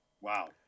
Wow